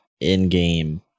in-game